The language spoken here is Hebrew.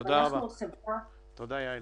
אנחנו חברה --- תודה, יעל.